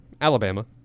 Alabama